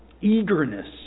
eagerness